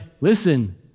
listen